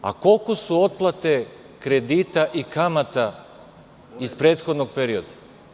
A koliko su otplate kredita i kamata iz prethodnog perioda?